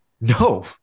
no